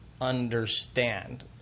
understand